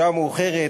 השעה מאוחרת,